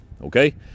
Okay